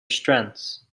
strengths